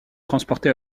transporté